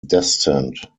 descent